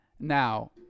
Now